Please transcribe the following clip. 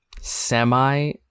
semi